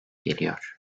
geliyor